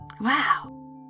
Wow